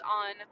on